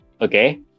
okay